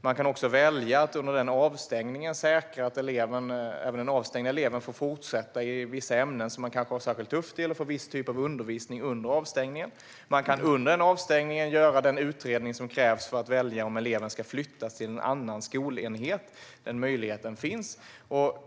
Man kan också välja att under avstängningen säkra att den avstängda eleven får fortsätta i vissa ämnen som eleven har det särskilt tufft i eller får viss typ av undervisning under avstängningen. Man kan under avstängningen göra den utredning som krävs för att avgöra om eleven ska flyttas till en annan skolenhet - den möjligheten finns.